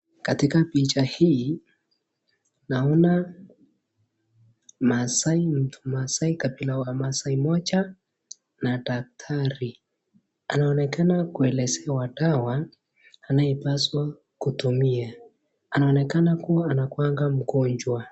Katika picha hii naona maasai na mtu maasai kabila wa maasai moja na daktari, ananonekana kuelezewa dawa anayopaswa kutumia anaonekana kuwa anakuwanga mgonjwa.